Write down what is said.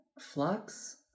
Flux